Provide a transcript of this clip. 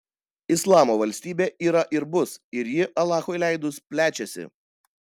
islamo valstybė yra ir bus ir ji alachui leidus plečiasi